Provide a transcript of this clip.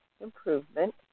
improvement